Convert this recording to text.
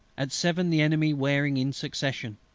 at seven the enemy wearing in succession.